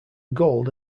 gold